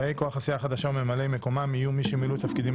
באי כוח הסיעה החדשה וממלאי מקומם יהיו מי שמילאו תפקידים